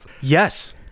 Yes